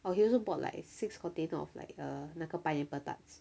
oh he also bought like six container of like err 那个 pineapple tarts